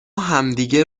همدیگه